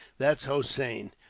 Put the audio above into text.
that's hossein,